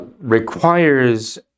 requires